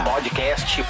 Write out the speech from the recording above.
Podcast